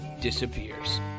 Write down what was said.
disappears